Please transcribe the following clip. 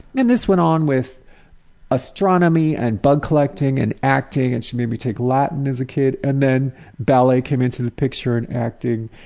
and this went on with astronomy and bug collecting and acting. and she made me take latin as a kid, and then ballet came into the picture and acting.